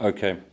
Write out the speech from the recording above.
Okay